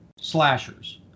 slashers